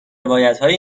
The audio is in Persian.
روایتهای